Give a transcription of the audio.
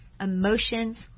Emotions